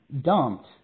dumped